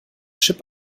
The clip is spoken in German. chip